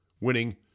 Winning